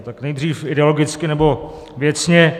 Tak nejdřív ideologicky nebo věcně.